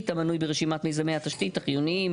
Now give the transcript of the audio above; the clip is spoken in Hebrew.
המנוי ברשימת מיזמי התשתית החיוניים,